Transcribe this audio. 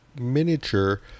miniature